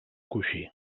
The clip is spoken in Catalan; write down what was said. coixí